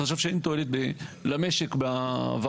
הוא חשב שאין תועלת למשק בזה.